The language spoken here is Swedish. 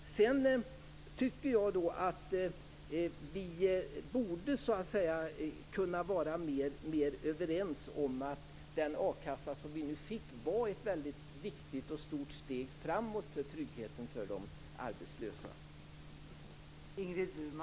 Vi borde kunna vara mer överens om att den akassa som vi nu fick var ett väldigt viktigt och stort steg framåt för tryggheten för de arbetslösa.